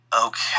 Okay